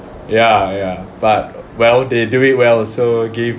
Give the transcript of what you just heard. ya ya but well they do it well so give